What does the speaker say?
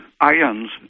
ions